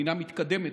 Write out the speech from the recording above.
מדינה מתקדמת,